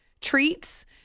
treats